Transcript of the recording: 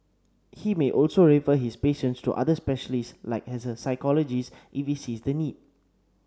he may also refer his patients to other specialists like a psychologist if he sees the need